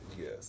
Yes